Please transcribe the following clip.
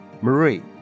Marie